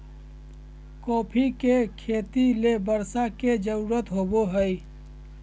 coffee के खेती ले बर्षा के जरुरत होबो हइ